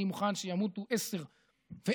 אני מוכן שימותו 10 ו-1,000,